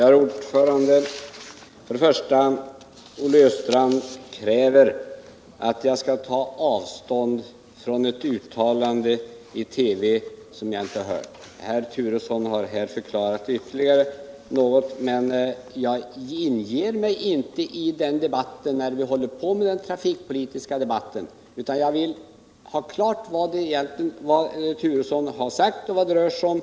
Herr talman! Olle Östrand kräver att jag skall ta avstånd från ett uttalande i TV som jag inte har hört. Herr Turesson har förklarat i någon mån, men jag ger mig inte in i den diskussionen när vi håller på med den trafikpolitiska debatten. Jag vill först ha klart för mig vad herr Turesson har sagt och vad det rör sig om.